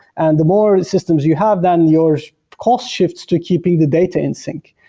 and the more systems you have, then your cost shifts to keeping the data in sync.